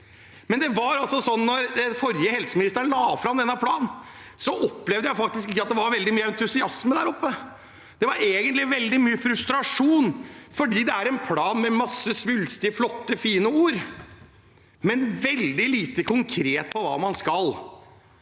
arbeidsgivere helseministeren la fram denne planen, opplevde jeg faktisk ikke at det var veldig mye entusiasme der oppe. Det var veldig mye frustrasjon, for dette er en plan med masse svulstige, flotte og fine ord, men med veldig lite konkret om hva man skal.